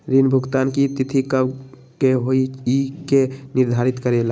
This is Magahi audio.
ऋण भुगतान की तिथि कव के होई इ के निर्धारित करेला?